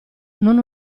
non